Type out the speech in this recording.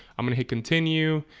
i'm gonna hit continue,